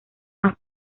más